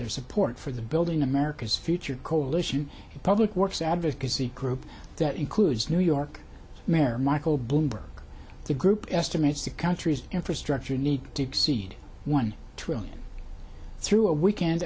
their support for the building america's future coalition public works advocacy group that includes new york mayor michael bloomberg the group estimates the country's infrastructure needs to exceed one trillion through a weekend